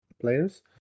players